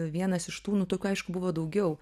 vienas iš tų nu tokių aišku buvo daugiau